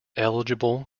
eligible